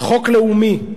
חוק לאומי.